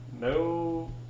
No